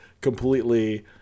completely